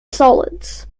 solids